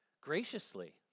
graciously